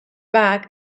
back